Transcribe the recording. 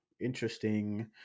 interesting